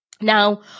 Now